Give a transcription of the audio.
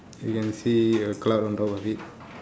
you can see a cloud on top of it